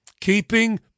Keeping